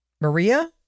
Maria